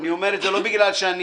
אני אומר את זה לא בגלל שאני